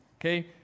okay